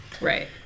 Right